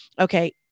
okay